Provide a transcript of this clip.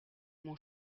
mon